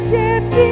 death